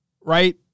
right